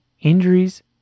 injuries